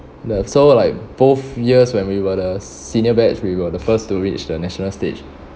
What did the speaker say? the so like both years when we were the senior batch we were the first to reach the national stage